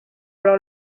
alors